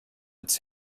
its